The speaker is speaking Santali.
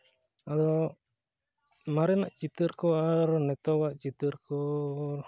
ᱟᱫᱚ ᱢᱟᱨᱮᱱᱟᱜ ᱪᱤᱛᱟᱹᱨ ᱠᱚ ᱟᱨ ᱱᱤᱛᱚᱜᱟᱜ ᱪᱤᱛᱟᱹᱨ ᱠᱚ